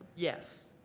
yes.